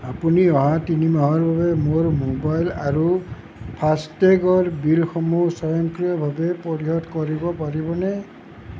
আপুনি অহা তিনি মাহৰ বাবে মোৰ ম'বাইল আৰু ফাষ্টেগৰ বিলসমূহ স্বয়ংক্ৰিয়ভাৱে পৰিশোধ কৰিব পাৰিবনে